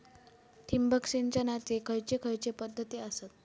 ठिबक सिंचनाचे खैयचे खैयचे पध्दती आसत?